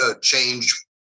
change